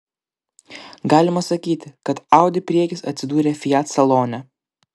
galima sakyti kad audi priekis atsidūrė fiat salone